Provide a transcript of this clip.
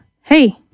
hey